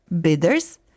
bidders